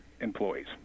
employees